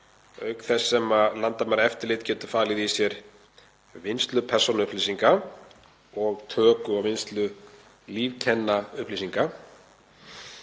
auk þess sem landamæraeftirlit getur falið í sér vinnslu persónuupplýsinga og töku og vinnslu lífkennaupplýsinga.